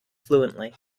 fluently